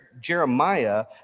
Jeremiah